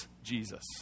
Jesus